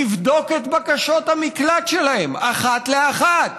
נבדוק את בקשות המקלט שלהם אחת לאחת